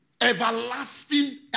Everlasting